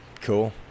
cool